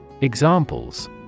Examples